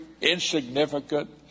insignificant